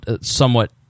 somewhat